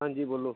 ਹਾਂਜੀ ਬੋਲੋ